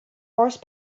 horse